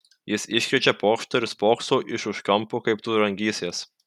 jis iškrečia pokštą ir spokso iš už kampo kaip tu rangysies